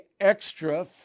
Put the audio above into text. extra